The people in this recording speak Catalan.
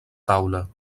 taula